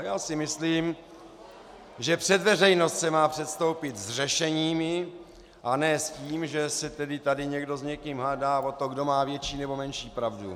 Já si myslím, že před veřejnost se má předstoupit s řešeními, a ne s tím, že se tady někdo s někým hádá o to, kdo má větší nebo menší pravdu.